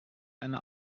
eine